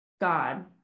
God